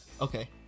Okay